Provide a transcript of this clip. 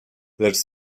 lecz